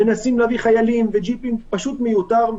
מנסים להביא חיילים וג'יפים אבל זה פשוט מיותר,